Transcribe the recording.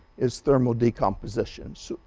is thermal decomposition. so